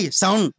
sound